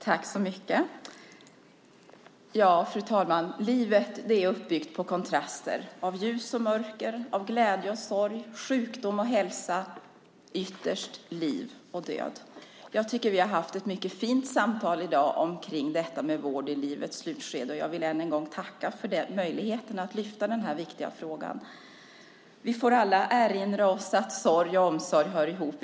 Fru talman! Livet är uppbyggt av kontraster: ljus och mörker, glädje och sorg, sjukdom och hälsa och ytterst liv och död. Jag tycker att vi har haft ett mycket fint samtal i dag omkring vård i livets slutskede, och jag vill än en gång tack för möjligheten att lyfta fram den här viktiga frågan. Vi får alla erinra oss att sorg och omsorg hör ihop.